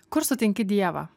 kur sutinki dievą